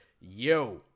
Yo